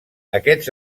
aquests